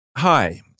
Hi